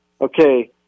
okay